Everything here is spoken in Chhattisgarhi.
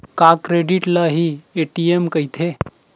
का क्रेडिट ल हि ए.टी.एम कहिथे?